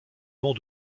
mont